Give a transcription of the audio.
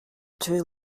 too